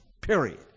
Period